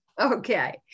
Okay